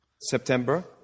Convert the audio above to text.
September